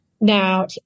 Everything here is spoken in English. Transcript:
now